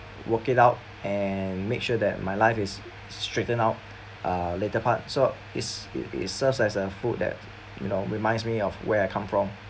work it out and make sure that my life is straighten out uh later part so is it it serves as a food that you know reminds me of where I come from